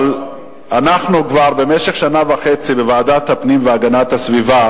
אבל אנחנו כבר במשך שנה וחצי דנים בוועדת הפנים והגנת הסביבה